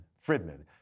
Friedman